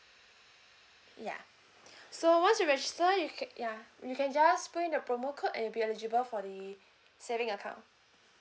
ya so once you registered you ca~ ya you can just put in the promo code and you're eligible for the saving account